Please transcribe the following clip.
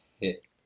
hit